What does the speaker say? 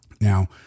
Now